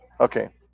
Okay